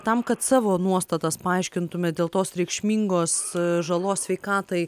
tam kad savo nuostatas paaiškintumėt dėl tos reikšmingos žalos sveikatai